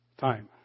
time